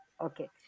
Okay